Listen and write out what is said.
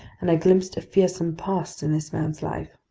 and i glimpsed a fearsome past in this man's life.